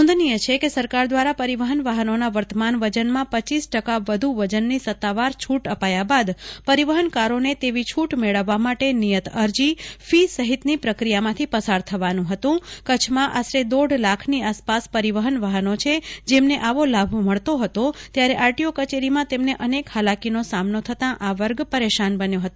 નોંધનીય છે કે સરકાર દ્વારા પરિવહન વાહનોના વર્તમાન વજનમાં પચીસ ટકા વધુ વજનની સત્તાવાર છૂટ અપાયા બાદ પરિવહનકારોને તેવી છૂટ મેળવવા માટે નિયત અરજી ફી સહિતની પ્રક્રિયામાંથી પસાર થવાનું હતું ચ્છમાં આશરે દોઢ લાખની આસપાસ પરિવહન વાહનો છે જેમને આવો લાભ મળતો હતો ત્યારે આરટીઓ કચેરીમાં તેમને અનેક હાલાકીનો સામનો થતાં આ વર્ગ પરેશાન બન્યો હતો